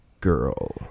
girl